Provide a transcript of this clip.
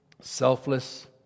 selfless